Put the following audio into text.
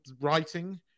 writing